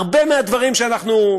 הרבה מהדברים שאנחנו,